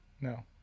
No